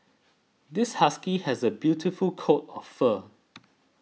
this husky has a beautiful coat of fur